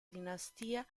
dinastia